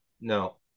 No